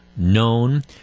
Known